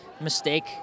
mistake